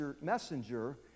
messenger